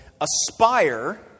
aspire